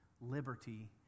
liberty